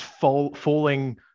falling